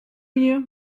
year